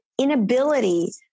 inability